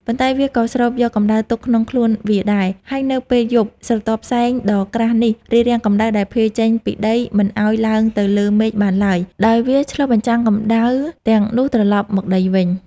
ប៉ុន្តែវាក៏ស្រូបយកកម្ដៅទុកក្នុងខ្លួនវាដែរ ហើយនៅពេលយប់ ស្រទាប់ផ្សែងដ៏ក្រាស់នេះរារាំងកម្ដៅដែលភាយចេញពីដីមិនឱ្យឡើងទៅលើមេឃបានឡើយ ដោយវាឆ្លុះបញ្ចាំងកម្ដៅទាំងនោះត្រឡប់មកដីវិញ។